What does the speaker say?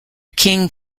king